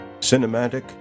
cinematic